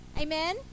Amen